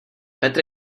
petr